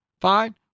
fine